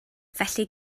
felly